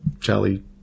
Charlie